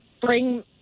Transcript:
bring